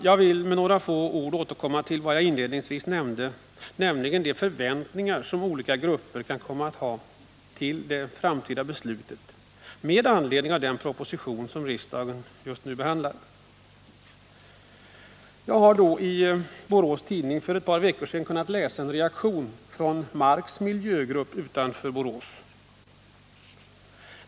Jag vill med några få ord återkomma till vad jag inledningsvis nämnde, nämligen de förväntningar som olika grupper kan komma att ha till det framtida beslutet med anledning av den proposition som riksdagen nu behandlar. Jag kunde för ett par veckor sedan i Borås Tidning läsa en reaktion från Marks miljögrupp utanför Borås.